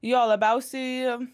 jo labiausiai